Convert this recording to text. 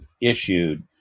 issued